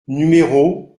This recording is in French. numéros